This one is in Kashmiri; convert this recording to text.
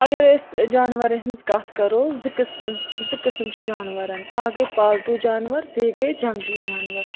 اگرأسۍ جانوَرَن ہنٛز کَتھ کَرو زٕ قسمہٕ زٕ قسم چھِ جانورَن اَکھ گے پالتو جانور بییہِ گے جنگلی جانور